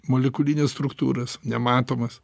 molekulines struktūrasnematomas